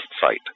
site